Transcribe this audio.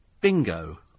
bingo